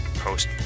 post